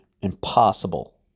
impossible